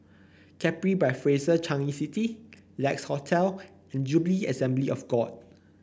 Capri by Fraser Changi City Lex Hotel and Jubilee Assembly of God